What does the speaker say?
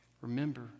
Remember